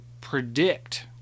predict